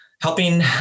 helping